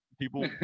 people